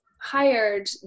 hired